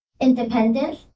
independence